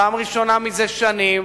פעם ראשונה זה שנים,